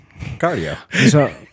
cardio